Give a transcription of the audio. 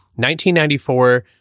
1994